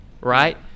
right